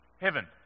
heaven